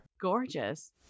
Gorgeous